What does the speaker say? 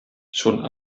schon